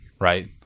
right